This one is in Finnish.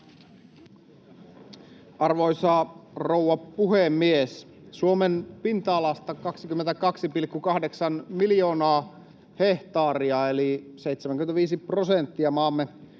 Arvoisa rouva puhemies! Suomen pinta-alasta 22,8 miljoonaa hehtaaria eli 75 prosenttia maamme